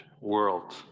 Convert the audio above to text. world